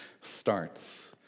starts